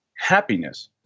happiness